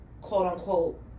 quote-unquote